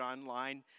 online